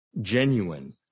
Genuine